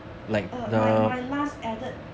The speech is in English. err my my last added